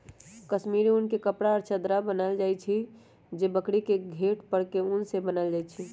कस्मिर उन के कपड़ा आ चदरा बनायल जाइ छइ जे बकरी के घेट पर के उन से बनाएल जाइ छइ